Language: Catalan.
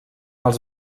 els